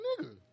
nigga